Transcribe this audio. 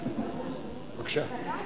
בבקשה.